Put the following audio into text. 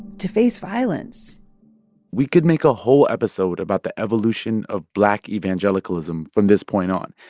to face violence we could make a whole episode about the evolution of black evangelicalism from this point on,